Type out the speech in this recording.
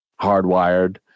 Hardwired